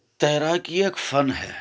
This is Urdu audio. تیراکی ایک فن ہے